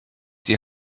die